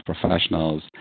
professionals